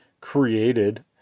created